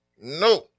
no